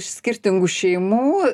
skirtingų šeimų